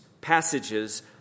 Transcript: passages